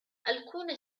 alcune